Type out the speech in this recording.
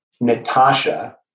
Natasha